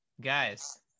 guys